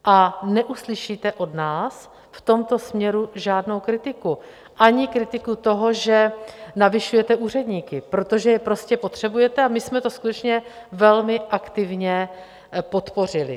A neuslyšíte od nás v tomto směru žádnou kritiku, ani kritiku toho, že navyšujete úředníky, protože je prostě potřebujete, a my jsme to skutečně velmi aktivně podpořili.